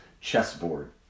chessboard